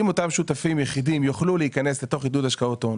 אם אותם שותפים יחידים יוכלו להיכנס לתוך עידוד השקעות הון